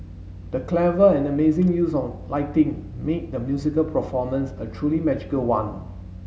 the clever and amazing use of lighting made the musical performance a truly magical one